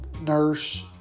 nurse